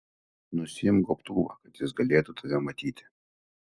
nusiimk gobtuvą kad jis galėtų tave matyti